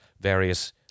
various